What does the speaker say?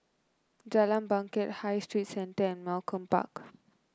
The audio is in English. Jalan Bangket High Street Centre and Malcolm Park